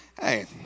Hey